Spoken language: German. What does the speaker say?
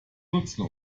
nutzen